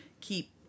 keep